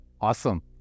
Awesome